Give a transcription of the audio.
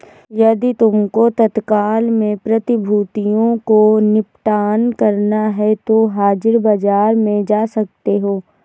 यदि तुमको तत्काल में प्रतिभूतियों को निपटान करना है तो हाजिर बाजार में जा सकते हो